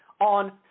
on